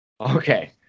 Okay